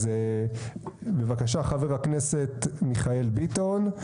אז, בבקשה, חבר הכנסת מיכאל ביטון.